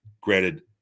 granted